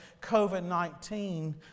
COVID-19